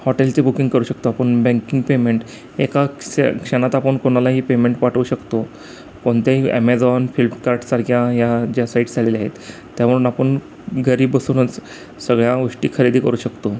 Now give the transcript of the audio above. हॉटेलची बुकिंग करू शकतो आपण बँकिंग पेमेंट एका क्से क्षणात आपण कोणालाही पेमेंट पाठवू शकतो कोनत्याही ॲमेझॉन फ्लिपकार्टसारख्या या ज्या साईट्स आलेल्या आहेत त्यामधून आपण घरी बसूनच सगळ्या गोष्टी खरेदी करू शकतो